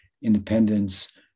independence